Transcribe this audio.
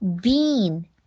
Bean